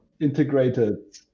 integrated